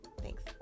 Thanks